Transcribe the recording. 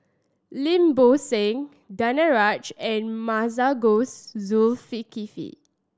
Lim Bo Seng Danaraj and Masagos Zulkifli